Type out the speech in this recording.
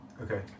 Okay